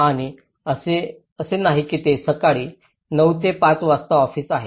आणि असे नाही की ते सकाळी 900 ते 500 वाजता ऑफिस आहेत